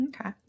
Okay